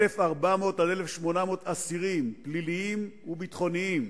1,400 עד 1,800 אסירים פליליים וביטחוניים